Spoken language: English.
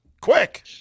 Quick